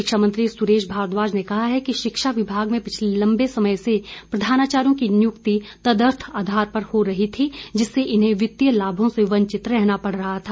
शिक्षा मंत्री सुरेश भारद्वाज ने कहा कि शिक्षा विभाग में पिछले लंबे समय से प्रधानाचार्यों की नियुक्ति तदर्थ आधार पर ही हो रही थी जिससे इन्हें वित्तीय लामों से वंचित रहना पड़ रहा था